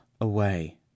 away